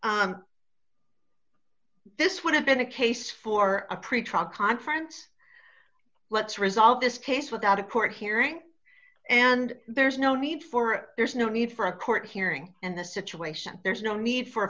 time this would have been a case for a pretrial conference let's resolve this case without a court hearing and there's no need for there's no need for a court hearing in the situation there's no need for a